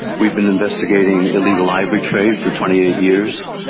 we've been investigating illegal ivory trade for twenty eight years.